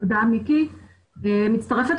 אני כמובן מצטרפת